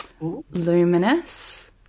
luminous